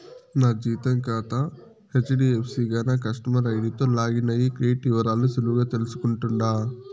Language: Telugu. నా జీతం కాతా హెజ్డీఎఫ్సీ గాన కస్టమర్ ఐడీతో లాగిన్ అయ్యి క్రెడిట్ ఇవరాల్ని సులువుగా తెల్సుకుంటుండా